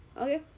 okay